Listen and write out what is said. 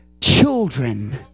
children